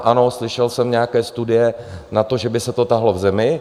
Ano, slyšel jsem nějaké studie na to, že by se to táhlo v zemi.